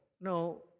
No